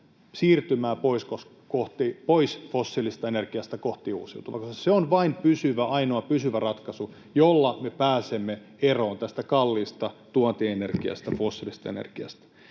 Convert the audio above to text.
siirtymää pois fossiilisesta energiasta kohti uusiutuvaa, koska vain se on ainoa pysyvä ratkaisu, jolla me pääsemme eroon tästä kalliista tuontienergiasta, fossiilisesta energiasta.